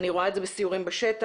אני רואה את זה בסיורים בשטח,